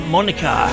Monica